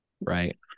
right